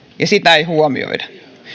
ja sitä ei huomioitu